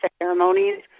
ceremonies